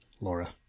Laura